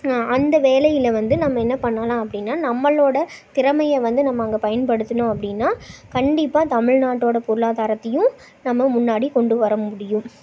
அந்த வேலையில் வந்து நம்ம என்ன பண்ணலாம் அப்படின்னா நம்மளோட திறமையை வந்து நம்ம அங்கே பயன்படுத்துனோம் அப்படின்னா கண்டிப்பாக தமிழ்நாட்டோட பொருளாதாரத்தையும் நம்ம முன்னாடி கொண்டுவர முடியும்